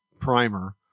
primer